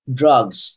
drugs